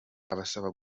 abasaba